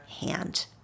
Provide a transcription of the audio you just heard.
hand